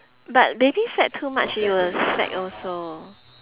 but baby fat too much it will sag also